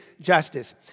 justice